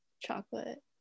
chocolate